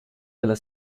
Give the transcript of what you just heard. della